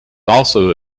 also